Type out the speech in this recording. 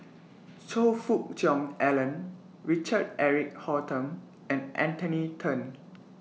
Choe Fook Cheong Alan Richard Eric Holttum and Anthony Then